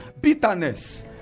bitterness